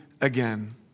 again